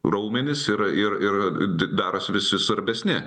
raumenis ir ir darosi vis svarbesni